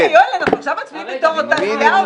רגע, יואל, אנחנו עכשיו מצביעים בתור אותה סיעה?